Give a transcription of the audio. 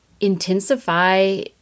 intensify